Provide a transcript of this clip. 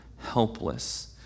helpless